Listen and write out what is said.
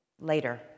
later